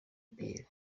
pierre